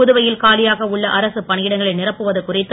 புதுவையில் காலியாக உள்ள அரசுப் பணியிடங்களை நிரப்புவது குறித்து